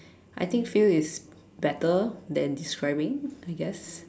I think feel is better than describing I guess